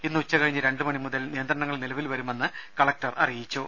ഇന്ന് ഉച്ച കഴിഞ്ഞ് രണ്ടു മണി മുതൽ നിയന്ത്രണങ്ങൾ നിലവിൽ വരുമെന്ന് കലക്ടർ അറിയിച്ചു